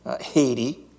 Haiti